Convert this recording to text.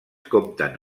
compten